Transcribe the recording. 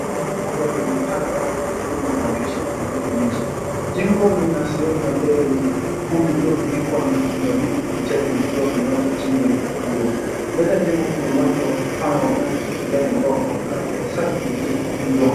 Darasa moja lenye paa la rangi nyekundu na madirisha ya kijani kibichi. Jengo lina sehemu ya mbele yenye ukumbi uliofunikwa na kuna vitu vichache vikiwa vimewekwa chini ya ukumbi huo. Mbele ya jengo kuna uwanja pana wa nyasi ya kijani ambao unaonekana safi na vizuri kutunzwa.